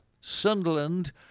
Sunderland